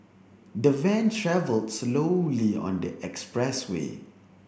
the van travelled slowly on the expressway